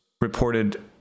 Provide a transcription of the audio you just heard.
reported